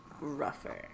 rougher